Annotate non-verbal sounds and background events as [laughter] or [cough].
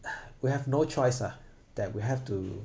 [noise] we have no choice ah that we have to